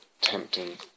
tempting